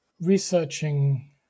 researching